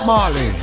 Marley